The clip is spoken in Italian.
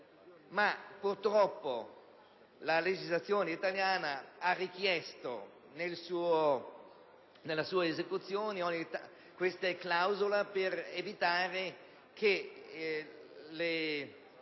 Ma purtroppo la legislazione italiana ha richiesto, nella sua esecuzione, queste clausole per evitare che le